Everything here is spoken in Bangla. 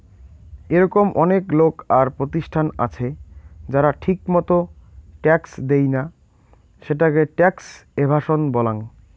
এরকম অনেক লোক আর প্রতিষ্ঠান আছে যারা ঠিকমতো ট্যাক্স দেইনা, সেটাকে ট্যাক্স এভাসন বলাঙ্গ